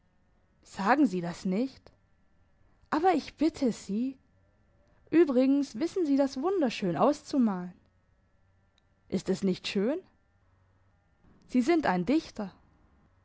sagen sie das nicht aber ich bitte sie übrigens wissen sie das wunderschön auszumalen ist es nicht schön sie sind ein dichter